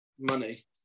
money